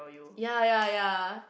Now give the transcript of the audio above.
ya ya ya